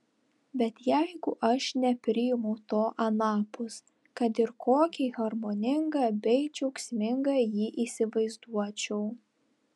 bet jeigu aš nepriimu to anapus kad ir kokį harmoningą bei džiaugsmingą jį įsivaizduočiau